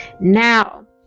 now